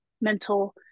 mental